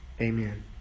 Amen